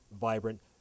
vibrant